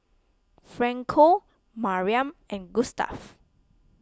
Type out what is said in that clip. Franco Mariam and Gustaf